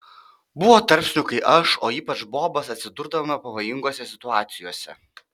buvo tarpsnių kai aš o ypač bobas atsidurdavome pavojingose situacijose